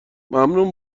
ممنون